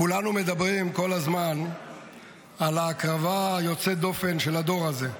כולנו מדברים כל הזמן על ההקרבה יוצאת הדופן של הדור הזה.